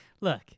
look